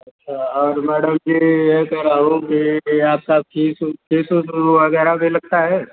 अच्छा और मैडम जी ये कह रहा हूँ कि आपका फीस फीस वीस वगैरह भी लगता है